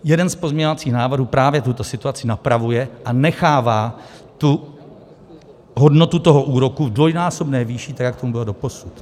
Jeden z pozměňovacích návrhů právě tuto situaci napravuje a nechává hodnotu toho úroku v dvojnásobné výši, tak jak tomu bylo doposud.